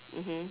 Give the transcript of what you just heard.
mmhmm